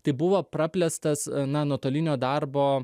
tai buvo praplėstas na nuotolinio darbo